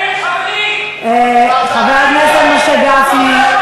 חבר הכנסת משה גפני.